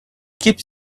keeps